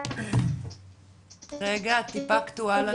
השיחה בזום) נועה אם את שומעת אותנו,